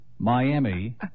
Miami